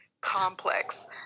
complex